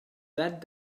that